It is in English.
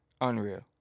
Unreal